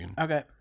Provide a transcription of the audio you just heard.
Okay